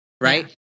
right